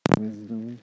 wisdom